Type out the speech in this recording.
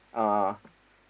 uh